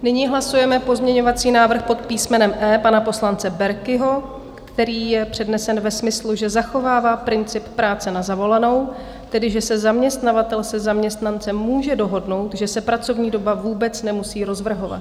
Nyní hlasujeme pozměňovací návrh pod písmenem E pana poslance Berkiho, který je přednesen ve smyslu, že zachovává princip práce na zavolanou, tedy že se zaměstnavatel se zaměstnancem může dohodnout, že se pracovní doba vůbec nemusí rozvrhovat.